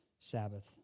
Sabbath